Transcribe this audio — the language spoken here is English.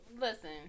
listen